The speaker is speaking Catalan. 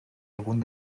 algun